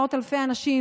מאות אלפי אנשים,